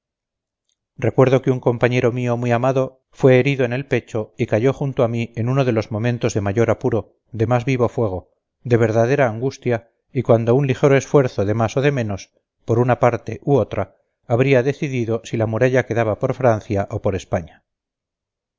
recuerdo que un compañero mío muy amado fue herido en el pecho y cayó junto a mí en uno de los momentos de mayor apuro de más vivo fuego de verdadera angustia y cuando un ligero esfuerzo de más o de menos por una parte u otra habría decidido si la muralla quedaba por francia o por españa